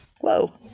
Whoa